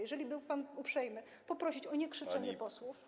Jeżeli byłby pan uprzejmy poprosić o niekrzyczenie posłów.